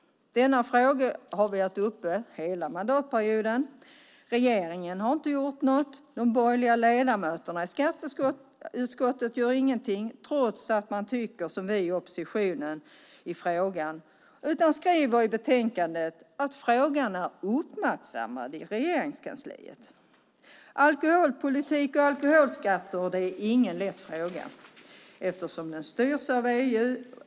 Denna fråga har vi haft uppe hela mandatperioden. Regeringen har inte gjort något. De borgerliga ledamöterna i skatteutskottet gör ingenting, trots att de tycker som vi i oppositionen i frågan, utan skriver i betänkandet att frågan är uppmärksammad i Regeringskansliet. Alkoholpolitik och alkoholskatter är ingen lätt fråga eftersom den styrs av EU.